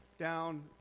down